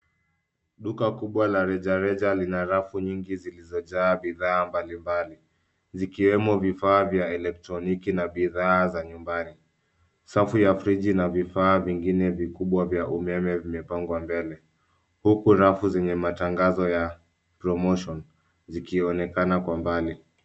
Duka kubwa la rejareja lina rafu nyingi zilizojaa bidhaa mbalimbali zikiwemo vifaa vya eletroniki na bidhaa za nyumbani, safu za friji na vifaa vingine vikubwa vya umeme vimepangwa mbele, huku rafu zenye matangazo ya promotion zikionekana kwa mbali.